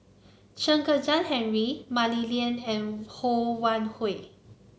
Chen Kezhan Henri Mah Li Lian and Ho Wan Hui